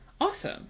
Awesome